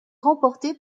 remportée